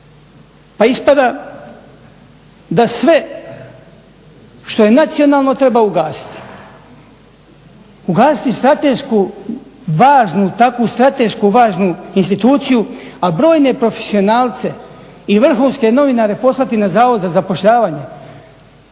Pa ispada da sve što je nacionalno treba ugasiti. Ugasiti tako važnu strateško važnu instituciju, a brojne profesionalce i vrhunske novinare poslati na Zavod za zapošljavanje.